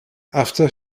after